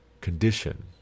condition